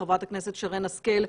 חברת הכנסת שרן השכל,